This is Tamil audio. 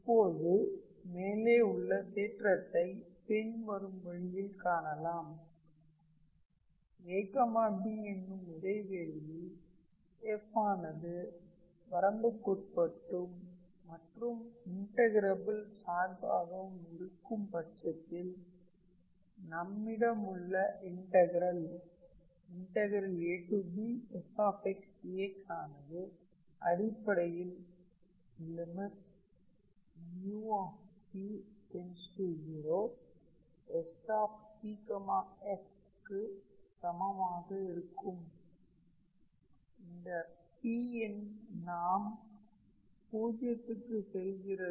இப்போது மேலே உள்ள தேற்றத்தை பின் வரும் வழியில் காணலாம் ab என்னும் இடைவெளியில் f ஆனது வரம்புக்குட்பட்டும் மற்றும் இன்டகிரபில் சார்பாகவும் இருக்கும் பட்சத்தில் நம்மிடமுள்ள இன்டகரல் abf dxஆனது அடிப்படையில் lim𝑃 0SPfக்கு சமமாக இருக்கும் இங்கு P இன் நார்ம் 0 க்கு செல்கிறது